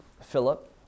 Philip